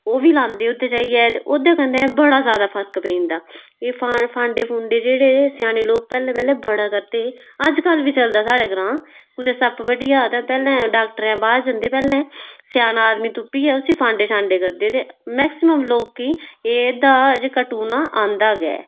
ओह् बी लांदे उ'त्थें जेइये ते ओह्दे कन्नै बड़ा जादा फरक पेई जंदा एह् फांडे फूंडे जेह्डे़ स्याने लोग पैह्लें पैह्लें बड़ा करदे हे अज्जकल बी चलदा साढ़े ग्रांऽ कुतै सप्प बड्ढी जा तां पैह्लें डाॅक्टरे दे बाद च जंदे पैह्लें स्याना आदमी तुप्पियै उसी फांडे शांडे करदे ते मैक्सिमम लोकें गी एह्दा जेह्का टूना आंदा गै